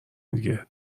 دیگه